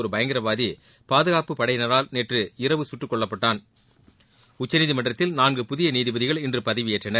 ஒரு பயங்கரவாதி பாதுகாப்புப் படையினரால் நேற்று இரவு சுட்டுக் கொல்லப்பட்டான் உச்சநீதிமன்றத்தில் நான்கு புதிய நீதிபதிகள் இன்று பதவியேற்றனர்